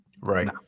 Right